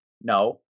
No